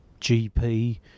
GP